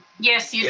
yes yeah